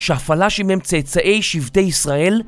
שהפלאשים הם צאצאי שבטי ישראל?